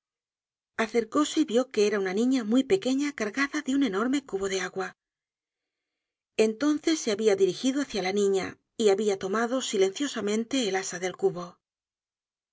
acercóse y vió que era una niña muy pequeña cargada con un enorme cubo de agua entonces se habia dirigido hácia la niña y habia tomado silenciosamen te el asa del cubo